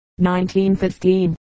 1915